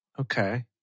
Okay